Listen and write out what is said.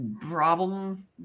problem